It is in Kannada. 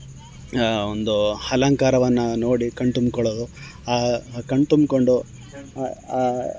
ಒಂದು ಅಲಂಕಾರವನ್ನು ನೋಡಿ ಕಣ್ಣು ತುಂಬ್ಕೊಳ್ಳೋದು ಕಣ್ಣು ತುಂಬಿಕೊಂಡು